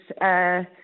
Yes